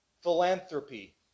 philanthropy